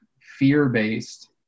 fear-based